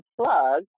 plug